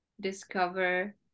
discover